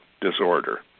disorder